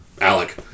Alec